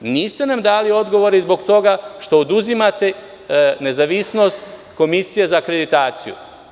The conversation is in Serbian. Niste nam dali odgovore zbog toga što oduzimate nezavisnost Komisiji za akreditaciju.